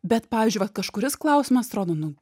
bet pavyzdžiui vat kažkuris klausimas atrodo nu